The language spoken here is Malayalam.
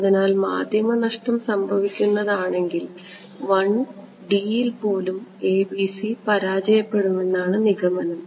അതിനാൽ മാധ്യമം നഷ്ടം സംഭവിക്കുന്നത് ആണെങ്കിൽ 1 D യിൽ പോലും ABC പരാജയപ്പെടുമെന്നാണ് നിഗമനം